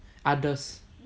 others